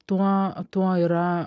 tuo tuo yra